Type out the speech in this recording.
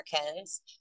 Americans